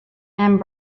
and